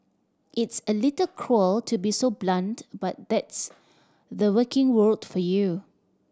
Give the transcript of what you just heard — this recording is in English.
it's a little cruel to be so blunt but that's the working world for you